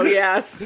yes